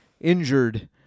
injured